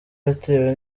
yatewe